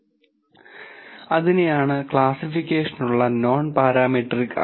ഈ കോഴ്സിന്റെ അവസാനം പങ്കെടുക്കുന്നവർക്ക് പ്രാക്ടീസ് ചെയ്യാനുള്ള ഒരു കേസ് സ്റ്റഡിയും ഉണ്ടായിരിക്കും